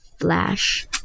flash